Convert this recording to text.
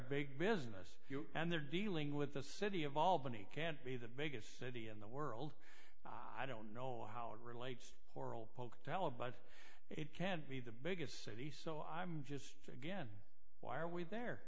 big business and they're dealing with the city of albany can't be the biggest city in the world i don't know how it relates hurrell pocatello but it can't be the biggest city so i'm just again why are we there